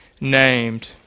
named